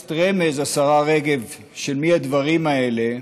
בטקסט רמז, השרה רגב, של מי הדברים האלה,